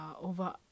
over